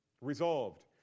Resolved